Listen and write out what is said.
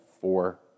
four